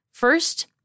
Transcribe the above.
First